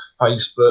Facebook